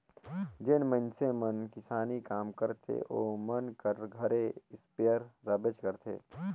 जेन मइनसे मन किसानी काम करथे ओमन कर घरे इस्पेयर रहबेच करथे